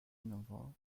nouveau